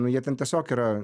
nu jie ten tiesiog yra